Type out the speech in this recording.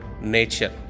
nature